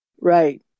Right